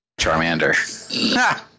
Charmander